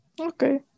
Okay